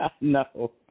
No